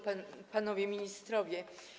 Panowie Ministrowie!